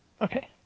okay